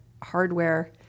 Hardware